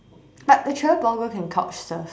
but a travel blogger can couch surf